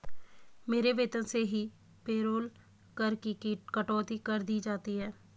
मेरे वेतन से ही पेरोल कर की कटौती कर दी जाती है